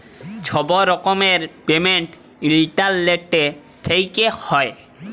ছব রকমের payment internet থ্যাইকে হ্যয়